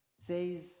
says